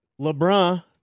LeBron